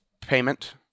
payment